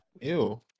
Ew